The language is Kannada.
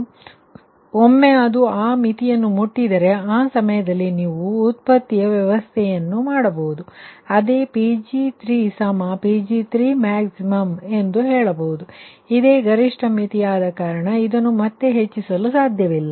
ಆದ್ದರಿಂದ ಒಮ್ಮೆ ಅದು ಆ ಮಿತಿಯನ್ನು ಮುಟ್ಟಿದರೆ ಆ ಸಮಯದಲ್ಲಿ ನೀವು ಉತ್ಪಾದನೆ ವ್ಯವಸ್ಥೆ ಮಾಡಬಹುದು ಅದೇ Pg3Pg3max ಎಂದು ಹೇಳಬಹುದುಇದೇ ಗರಿಷ್ಠಮಿತಿಯಾದ ಕಾರಣ ಇದನ್ನು ಮತ್ತೆ ಹೆಚ್ಚಿಸಲು ಸಾಧ್ಯವಿಲ್ಲ